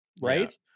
Right